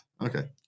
Okay